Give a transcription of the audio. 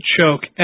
Choke